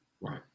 Right